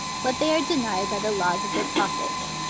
what they are denied by the laws of their prophet.